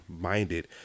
minded